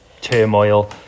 turmoil